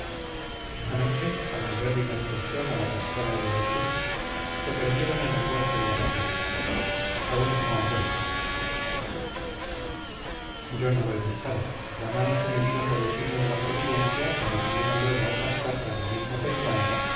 anoche al volver de una excursión a la cascada de orlu se perdieron en el bosque de ascou aún no han vuelto yo no lo he buscado a la mano se me vino por designio de la providencia como vinieron luego otras cartas de la misma pendanga